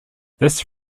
this